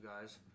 guys